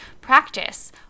practice